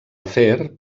afer